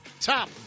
top